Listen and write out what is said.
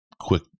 quick